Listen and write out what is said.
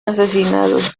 asesinados